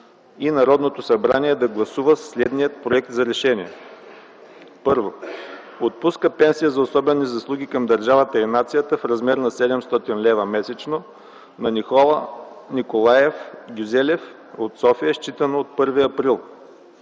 Народното събрание да гласува следния проект за решение: „1. Отпуска пенсия за особени заслуги към държавата и нацията в размер на 700 лв. месечно на Никола Николаев Гюзелев от София, считано от 1 април.